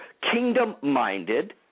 kingdom-minded